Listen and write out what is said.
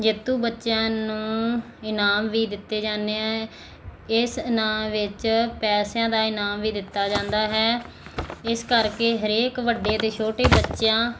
ਜੇਤੂ ਬੱਚਿਆਂ ਨੂੰ ਇਨਾਮ ਵੀ ਦਿੱਤੇ ਜਾਂਦੇ ਹੈ ਇਸ ਇਨਾਮ ਵਿੱਚ ਪੈਸਿਆਂ ਦਾ ਇਨਾਮ ਵੀ ਦਿੱਤਾ ਜਾਂਦਾ ਹੈ ਇਸ ਕਰਕੇ ਹਰੇਕ ਵੱਡੇ ਅਤੇ ਛੋਟੇ ਬੱਚਿਆਂ